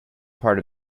part